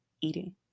eating